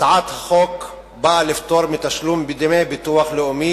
הצעת החוק באה לפטור מתשלום דמי ביטוח לאומי